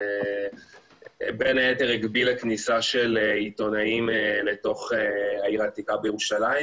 שבין היתר הגבילה כניסה של עיתונאים לתוך העיר העתיקה בירושלים.